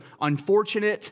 unfortunate